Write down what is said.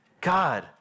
God